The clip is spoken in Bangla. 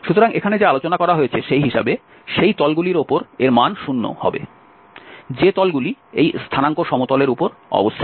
সুতরাং এখানে যা আলোচনা করা হয়েছে সেই হিসাবে সেই তলগুলির ওপর এর মান শূন্য হবে যে তলগুলি এই স্থানাঙ্ক সমতলের উপর অবস্থিত